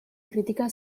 kritika